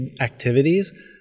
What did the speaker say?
activities